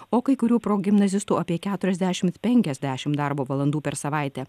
o kai kurių progimnazistų apie keturiasdešimt penkiasdešimt darbo valandų per savaitę